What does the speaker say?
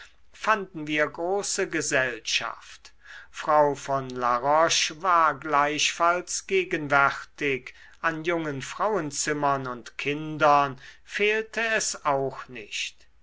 fanden wir große gesellschaft frau von la roche war gleichfalls gegenwärtig an jungen frauenzimmern und kindern fehlte es auch nicht